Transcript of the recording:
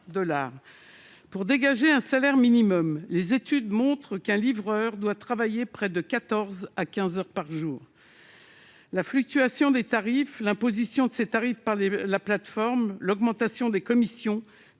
Pour dégager un salaire minimum, les études montrent qu'un livreur doit travailler de 14 heures à 15 heures par jour. La fluctuation des tarifs, leur imposition par la plateforme, l'augmentation des commissions